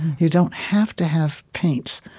you don't have to have paints.